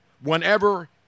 whenever